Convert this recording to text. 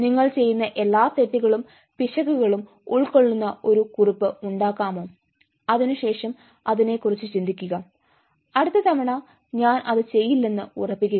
നിങ്ങൾ ചെയ്യുന്ന എല്ലാ തെറ്റുകളും പിശകുകളും ഉൾകൊള്ളുന്ന ഒരു കുറിപ്പ് ഉണ്ടാക്കാമോ അതിനുശേഷം അതിനെക്കുറിച്ച് ചിന്തിക്കുക അടുത്തത തവണ ഞാൻ അത് ചെയ്യില്ലെന്ന് ഉറപ്പിക്കുക